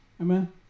Amen